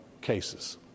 cases